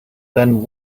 then